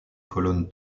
colonnes